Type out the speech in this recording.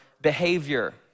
behavior